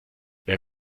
wer